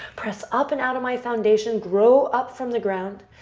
press up and out of my foundation. grow up from the ground.